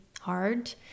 hard